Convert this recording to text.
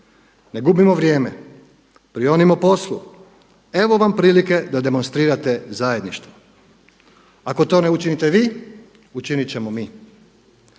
Ne gubimo vrijeme, prionimo poslu, evo vam prilike da demonstrirate zajedništvo. Ako to ne učinite vi, učinit ćemo mi.